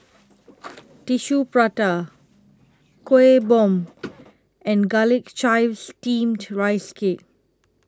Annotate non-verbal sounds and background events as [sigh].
[noise] Tissue Prata Kueh Bom and Garlic Chives Steamed Rice Cake